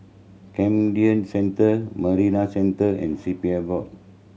Camden Centre Marina Centre and C P F Board